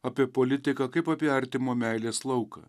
apie politiką kaip apie artimo meilės lauką